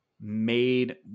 made